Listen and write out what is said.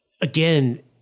again